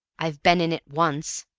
i've been in it once.